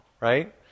right